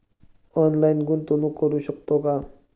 Online गुंतवणूक करू शकतो का?